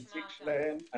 הנציג שלהם,